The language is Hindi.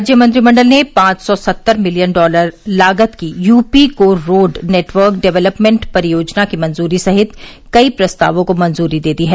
राज्य मंत्रिमंडल ने पांच सौ सत्तर मिलियन डॉलर लागत की UP core road network development परियोजना की मंजूरी सहित कई प्रस्तावों को मंजूरी दे दी है